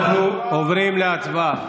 אנחנו עוברים להצבעה.